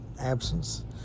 absence